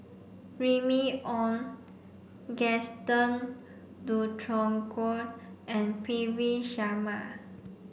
Remy Ong Gaston Dutronquoy and P V Sharma